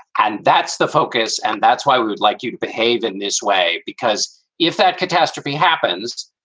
and that's the focus. and that's why we would like you to behave in this way, because if that catastrophe happens,